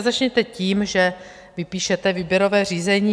A začněte tím, že vypíšete výběrové řízení.